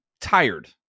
tired